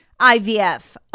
IVF